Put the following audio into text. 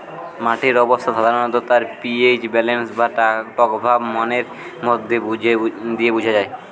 মাটির অবস্থা সাধারণত তার পি.এইচ ব্যালেন্স বা টকভাব মানের মধ্যে দিয়ে বুঝা যায়